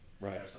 Right